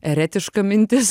eretiška mintis